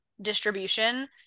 distribution